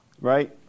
right